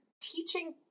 teaching